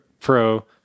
Pro